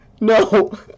No